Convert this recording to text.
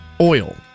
oil